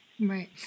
Right